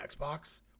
Xbox